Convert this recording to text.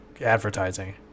advertising